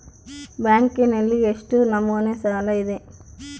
ಬ್ಯಾಂಕಿನಲ್ಲಿ ಎಷ್ಟು ನಮೂನೆ ಸಾಲ ಇದೆ?